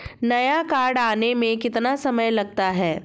नया कार्ड आने में कितना समय लगता है?